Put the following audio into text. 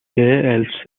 elves